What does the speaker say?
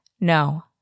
no